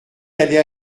d’aller